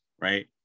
right